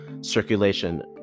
circulation